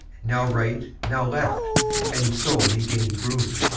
now right, now left and so he gained room.